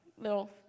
little